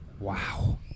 Wow